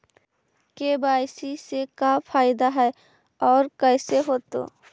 KYC से का फायदा है और कैसे होतै?